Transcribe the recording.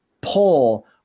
pull